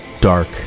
dark